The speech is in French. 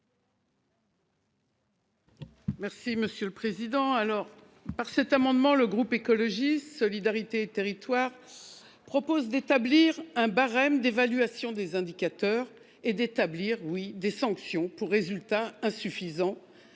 Merci monsieur le président, alors par cet amendement. Le groupe écologiste solidarité et territoires. Propose d'établir. Un barème d'évaluation des indicateurs et d'établir, oui des sanctions pour résultats insuffisants.